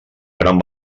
gran